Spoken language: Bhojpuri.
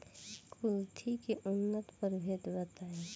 कुलथी के उन्नत प्रभेद बताई?